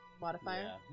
modifier